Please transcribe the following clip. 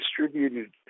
distributed